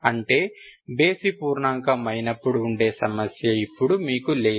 అంటే బేసి పూర్ణాంకం అయినప్పుడు ఉండే సమస్య ఇప్పుడు మీకు లేదు